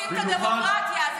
אתם הורסים את הדמוקרטיה,